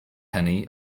hynny